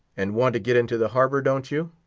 and want to get into the harbor, don't you?